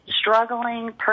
struggling